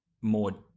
more